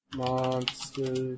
monster